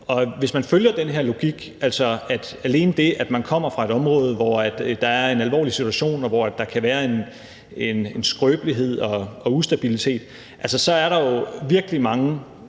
hvis man følger den her logik om, at alene det, at man kommer fra et område, hvor der er en alvorlig situation, og hvor der kan være en skrøbelighed og ustabilitet, er der jo altså virkelig mange